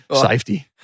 Safety